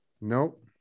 Nope